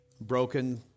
broken